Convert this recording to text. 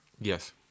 yes